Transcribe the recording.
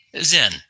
Zen